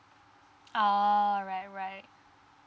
oh right right